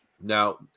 now